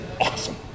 awesome